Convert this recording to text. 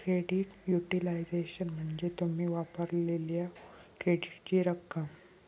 credit utilisation म्हणजे तुम्ही वापरलेल्यो क्रेडिटची रक्कम